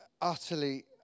utterly